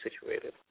situated